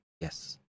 yes